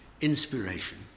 Inspiration